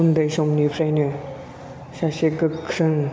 उन्दै समनिफ्रायनो सासे गोख्रों